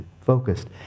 focused